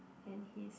and his